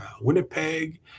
Winnipeg